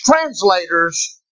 translators